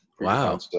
Wow